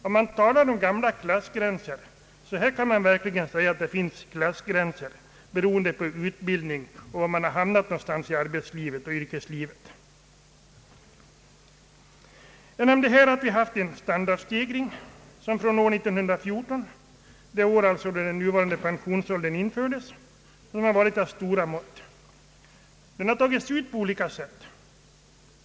Om man talar om gamla klassgränser så kan man här verkligen säga att det finns klassgränser beroende på utbildning och var i yrkeslivet man har hamnat. Vi har haft en standardstegring alltsedan 1914, alltså det år då den nuva> rande pensionsåldern infördes, som har varit av stora mått. Den har tagits ut på olika sätt.